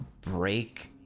break